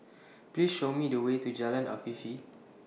Please Show Me The Way to Jalan Afifi